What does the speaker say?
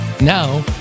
Now